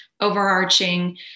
overarching